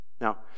Now